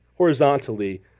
Horizontally